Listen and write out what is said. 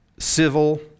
Civil